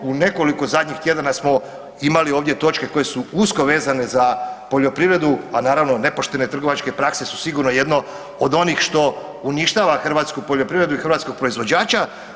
U nekoliko zadnjih tjedana smo imali ovdje točke koje su usko vezane za poljoprivredu, a naravno nepoštene trgovačke prakse su sigurno jedno od onih što uništava hrvatsku poljoprivredu i hrvatskog proizvođača.